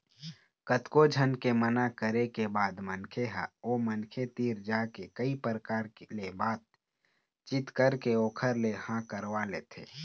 कतको झन के मना करे के बाद मनखे ह ओ मनखे तीर जाके कई परकार ले बात चीत करके ओखर ले हाँ करवा लेथे